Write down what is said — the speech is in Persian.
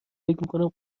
میکنم